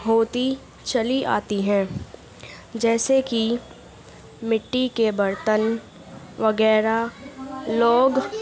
ہوتی چلی آتی ہیں جیسے کہ مٹی کے برتن وغیرہ لوگ